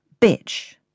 bitch